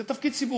זה תפקיד ציבורי,